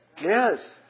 Yes